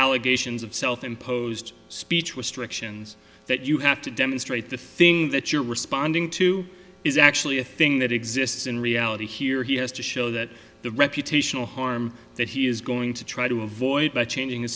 allegations of self imposed speech was direction that you have to demonstrate the thing that you're responding to is actually a thing that exists in reality here he has to show that the reputational harm that he is going to try to avoid by changing his